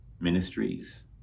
ministries